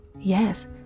Yes